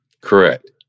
Correct